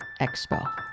Expo